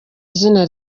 izina